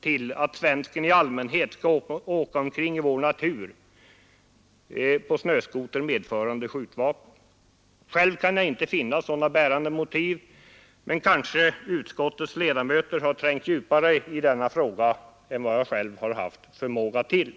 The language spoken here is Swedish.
till att svensken i allmänhet skall åka omkring i vår natur på snöskoter medförande skjutvapen. Själv kan jag inte finna sådana bärande motiv, men utskottets ledamöter har kanske trängt djupare in i denna fråga än vad jag själv haft förmåga till.